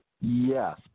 Yes